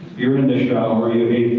you're in the shower, you're